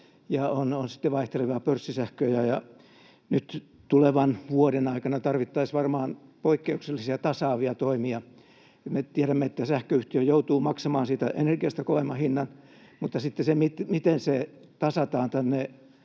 ja sitten vaihtelevia pörssisähköjä, ja nyt tulevan vuoden aikana tarvittaisiin varmaan poikkeuksellisia tasaavia toimia. Me tiedämme, että sähköyhtiö joutuu maksamaan siitä energiasta kovemman hinnan, mutta sitten siinä, miten se tasataan